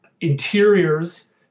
interiors